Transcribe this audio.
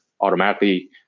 automatically